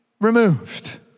removed